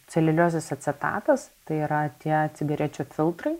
celiuliozės acetatas tai yra tie cigarečių filtrai